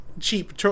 cheap